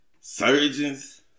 Surgeons